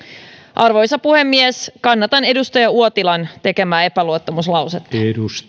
arvoisa puhemies kannatan edustaja uotilan tekemää epäluottamuslausetta